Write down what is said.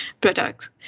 products